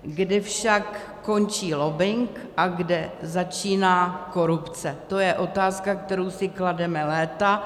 Kde však končí lobbing a kde začíná korupce, to je otázka, kterou si klademe léta.